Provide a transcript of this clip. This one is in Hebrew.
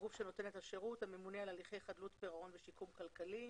הגוף שנותן את השירות הוא הממונה על הליכי חדלות פירעון ושיקום כלכלי.